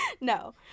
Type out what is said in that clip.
No